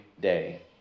day